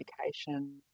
education